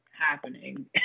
happening